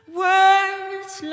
words